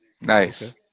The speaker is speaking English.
Nice